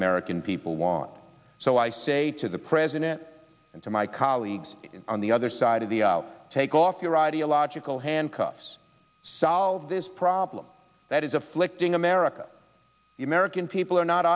american people want so i say to the president and to my colleagues on the other side of the aisle take off your ideological handcuffs solve this problem that is afflicting america the american people are not